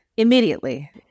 immediately